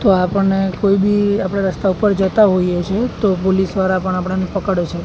તો આપણને કોઈ બી આપણે રસ્તા ઉપર જતા હોઈએ છે તો પોલીસવાળા પણ આપણને પકડે છે